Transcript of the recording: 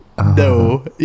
No